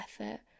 effort